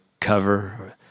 cover